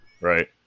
right